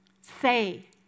Say